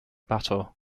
battle